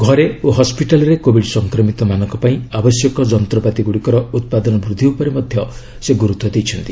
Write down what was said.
ଘରେ ଓ ହସ୍କିଟାଲ୍ରେ କୋବିଡ୍ ସଂକ୍ରମିତମାନଙ୍କ ପାଇଁ ଆବଶ୍ୟକ ଯନ୍ତ୍ରପାତିଗୁଡ଼ିକର ଉତ୍ପାଦନ ବୃଦ୍ଧି ଉପରେ ମଧ୍ୟ ସେ ଗୁରୁତ୍ୱ ଦେଇଛନ୍ତି